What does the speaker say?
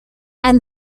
and